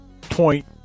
point